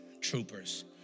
troopers